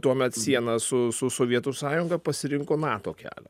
tuomet sieną su su sovietų sąjunga pasirinko nato kelią